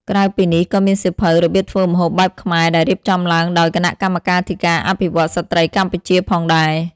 ក្រៅពីនេះ ក៏មានសៀវភៅ របៀបធ្វើម្ហូបបែបខ្មែរ ដែលរៀបចំឡើងដោយ គណៈកម្មាធិការអភិវឌ្ឍន៍ស្ដ្រីកម្ពុជាផងដែរ។